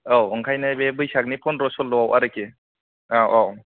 औ ओंखायनो बे बैसागनि पनद्र' सल्ल'आव आरोखि औ औ